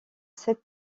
sept